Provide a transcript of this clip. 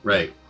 Right